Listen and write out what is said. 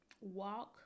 walk